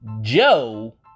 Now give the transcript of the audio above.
Joe